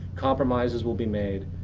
compromises will be made.